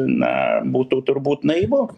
na būtų turbūt naivu